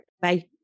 Bye